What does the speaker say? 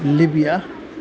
Libya